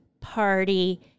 party